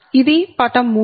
ఇది పటం 3